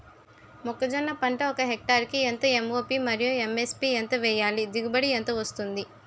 మొక్కజొన్న పంట ఒక హెక్టార్ కి ఎంత ఎం.ఓ.పి మరియు ఎస్.ఎస్.పి ఎంత వేయాలి? దిగుబడి ఎంత వస్తుంది?